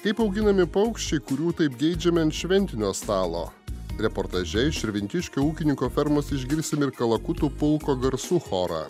kaip auginami paukščiai kurių taip geidžiame ant šventinio stalo reportaže iš širvintiškio ūkininko fermos išgirsim ir kalakutų pulko garsų chorą